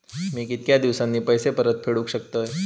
मी कीतक्या दिवसांनी पैसे परत फेडुक शकतय?